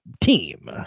team